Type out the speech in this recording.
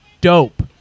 dope